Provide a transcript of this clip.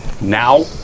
Now